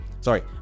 Sorry